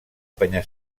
penya